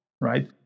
right